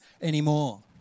anymore